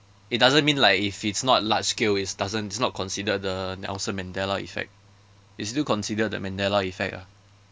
it doesn't mean like if it's not large scale it's doesn't it's not considered the nelson mandela effect it's still considered the mandela effect ah